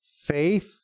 Faith